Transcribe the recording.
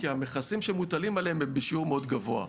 כי המכסים שמוטלים עליהם הם בשיעור מאוד גבוה.